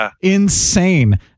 insane